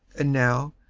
and now,